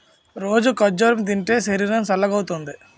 రోజూ ఖర్జూరం తింటే శరీరం సల్గవుతుంది